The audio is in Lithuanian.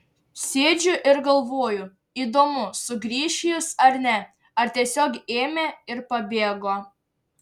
sėdžiu ir galvoju įdomu sugrįš jis ar ne ar tiesiog ėmė ir pabėgo